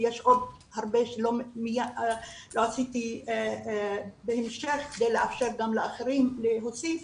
יש עוד הרבה שלא אמרתי כדי לאפשר גם לאחרים להוסיף,